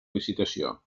licitació